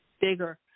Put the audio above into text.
bigger